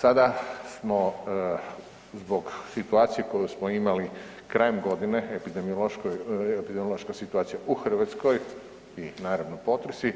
Sada smo zbog situacije koju smo imali krajem godine, epidemiološka situacija u Hrvatskoj i naravno potresi